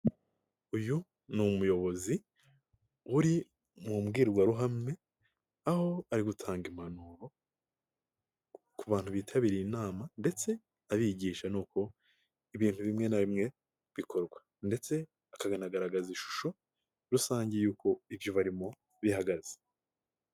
Uyu ni umuyobozi uri mu mbwirwaruhame aho ari gutanga impanuro ku bantu bitabiriye inama, ndetse abigisha n'uko ibintu bimwe na bimwe bikorwa. Ndetse akanakanagaragaza ishusho rusange y'uko ibyo barimo bihagaze.